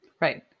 Right